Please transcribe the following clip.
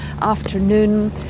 afternoon